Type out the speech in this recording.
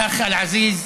(אומר דברים בשפה הערבית,